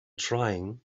trying